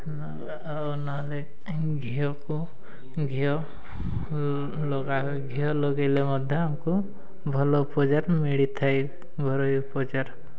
ଆଉ ନହେଲେ ଘିଅକୁ ଘିଅ ଲଗା ଘିଅ ଲଗେଇଲେ ମଧ୍ୟ ଆମକୁ ଭଲ ଉପଚାର ମିଳିଥାଏ ଘରୋଇ ଉପଚାର